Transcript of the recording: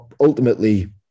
ultimately